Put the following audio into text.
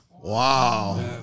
Wow